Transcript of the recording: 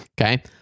Okay